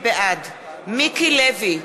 בעד מיקי לוי,